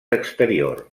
exterior